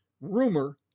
rumor